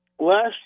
Last